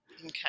Okay